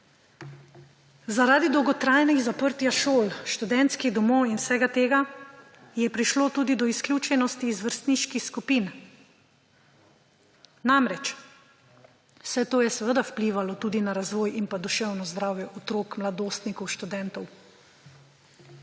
Zaradi dolgotrajnega zaprtja šol, študentskih domov in vsega tega je prišlo tudi do izključenosti iz vrstniških skupin. Namreč, vse to je seveda vplivalo tudi na razvoj in duševno zdravje otrok, mladostnikov, študentov.